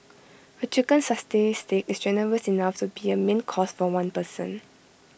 A chicken satay Stick is generous enough to be A main course for one person